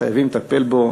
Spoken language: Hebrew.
שחייבים לטפל בו,